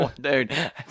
Dude